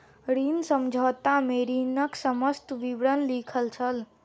ऋण समझौता में ऋणक समस्त विवरण लिखल छल